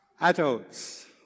Adults